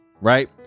Right